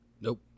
Nope